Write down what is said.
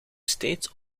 steeds